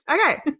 Okay